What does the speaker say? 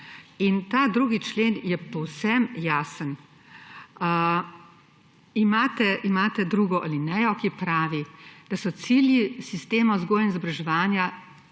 In ta 2. člen je povsem jasen. Imate drugo alinejo, ki pravi, da so cilji sistema vzgoje in izobraževanja: